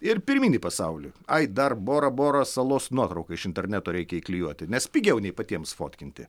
ir pirmyn į pasaulį ai dar bora bora salos nuotrauką iš interneto reikia klijuoti nes pigiau nei patiems fotkinti